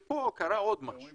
יש משהו שצריך לזכור, הרבה ארגונים